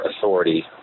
authority